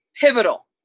pivotal